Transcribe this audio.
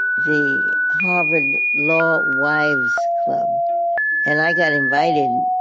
the harvard law wives club and i got invited.